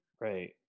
Right